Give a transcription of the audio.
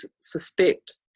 suspect